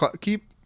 keep